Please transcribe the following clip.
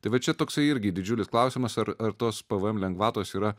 tai va čia toksai irgi didžiulis klausimas ar ar tos pvm lengvatos yra